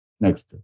Next